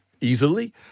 easily—